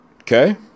Okay